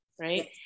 right